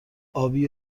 آبی